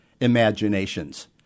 imaginations